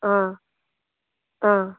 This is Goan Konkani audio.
आं आं